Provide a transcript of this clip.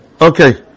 Okay